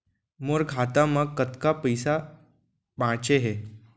मोर खाता मा कतका पइसा बांचे हे?